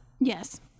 yes